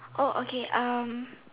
oh okay um